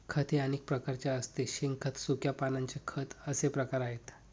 खत हे अनेक प्रकारचे असते शेणखत, सुक्या पानांचे खत असे प्रकार आहेत